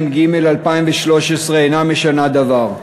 התשע"ג-2013, אינה משנה דבר.